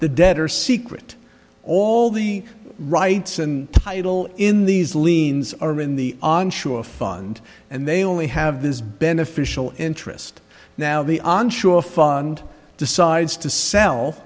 the debtor secret all the rights and title in these liens are in the onshore fund and they only have this beneficial interest now the onshore fund decides to sell